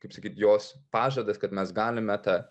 kaip sakyt jos pažadas kad mes galime tą